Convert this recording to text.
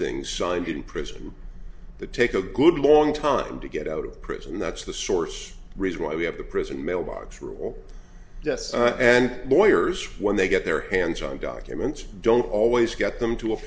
things signed in prison the take a good long time to get out of prison that's the source reason why we have the prison mailbox rule and lawyers when they get their hands on documents don't always get them to